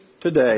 today